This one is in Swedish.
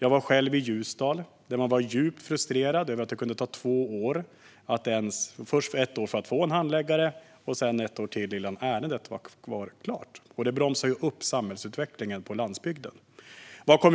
Jag var själv i Ljusdal, där man var djupt frustrerad över att det kunde ta först ett år för att få en handläggare och sedan ett år till innan ärendet var klart. Detta bromsar ju upp samhällsutvecklingen på landsbygden. Herr talman!